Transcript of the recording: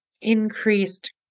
increased